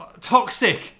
toxic